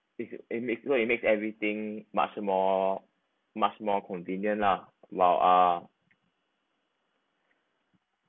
it it makes you it makes everything much more much more convenient lah while uh